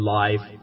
life